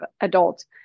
adults